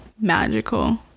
magical